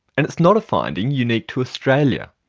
and it's not a finding unique to australia.